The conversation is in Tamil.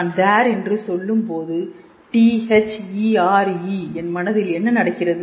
நான் THERE என்று சொல்லும் போது T H E R Eஎன் மனதில் என்ன நடக்கிறது